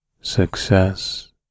success